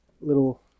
little